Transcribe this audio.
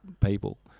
people